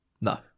no